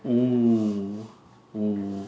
oo oo